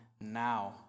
now